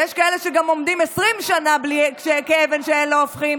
יש כאלה שגם עומדים 20 שנה כאבן שאין לה הופכין,